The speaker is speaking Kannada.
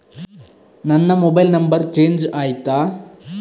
ನನ್ನ ಮೊಬೈಲ್ ನಂಬರ್ ಚೇಂಜ್ ಆಯ್ತಾ?